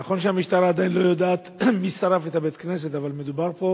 נכון שהמשטרה עדיין לא יודעת מי שרף את בית-הכנסת אבל מדובר פה